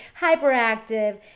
hyperactive